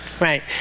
Right